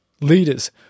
leaders